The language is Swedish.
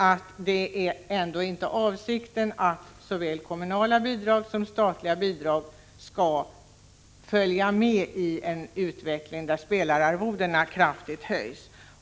Det är ändå inte avsikten att vare sig kommunala eller statliga bidrag skall följa med i en utveckling där spelararvodena kraftigt höjs.